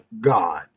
God